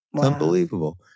Unbelievable